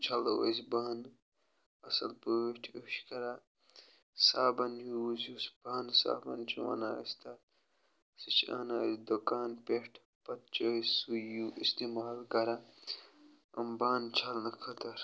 چھَلو أسۍ بانہٕ اَصٕل پٲٹھۍ أسۍ چھِ کَران صابَن یوٗز یُس بانہٕ صابَن چھِ وَنان أسۍ تَتھ سُہ چھِ اَنان أسۍ دُکان پٮ۪ٹھ پَتہٕ چھِ أسۍ سُے یہِ اِستعمال کَران یِم بانہٕ چھَلنہٕ خٲطر